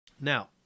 Now